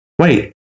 Wait